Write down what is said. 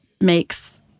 makes